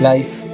Life